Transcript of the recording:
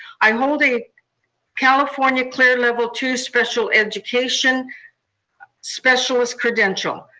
i hold a california clear level two special education specialist credential.